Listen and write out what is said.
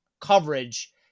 coverage